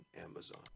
Amazon